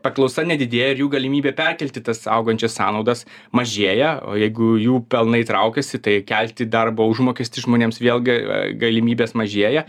paklausa nedidėja ir jų galimybė perkelti tas augančias sąnaudas mažėja o jeigu jų pelnai traukiasi tai kelti darbo užmokestį žmonėms vėlgi galimybės mažėja